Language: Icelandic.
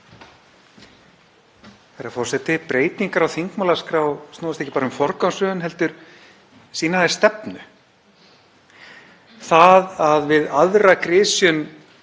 Herra forseti. Breytingar á þingmálaskrá snúast ekki bara um forgangsröðun heldur sýna þær stefnu. Það að við aðra grisjun